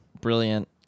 brilliant